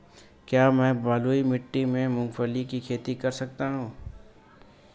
क्या मैं बलुई मिट्टी में मूंगफली की खेती कर सकता हूँ?